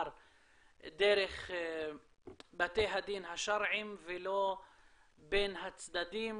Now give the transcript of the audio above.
דרך בתי הדין השרעיים ולא בין הצדדים,